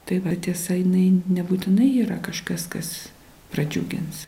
tai vat jisai nei nebūtinai yra kažkas kas pradžiugins